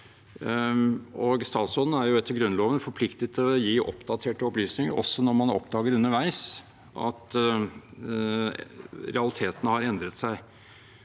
statsråden er jo etter Grunnloven forpliktet til å gi oppdaterte opplysninger, også når man oppdager underveis at realitetene har endret seg.